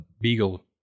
beagle